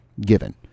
given